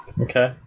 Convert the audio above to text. okay